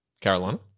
Carolina